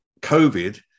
COVID